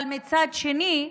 אבל מצד שני,